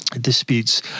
disputes